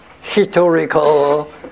historical